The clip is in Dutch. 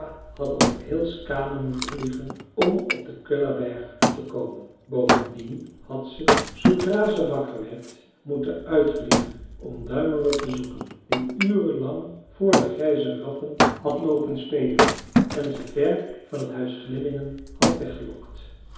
had over heel skaane moeten vliegen om op den kullaberg te komen bovendien had ze zoodra ze wakker werd moeten uitvliegen om duimelot te zoeken die urenlang voor de grijze ratten had loopen spelen en ze ver van t huis glimmingen had